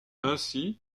ainsi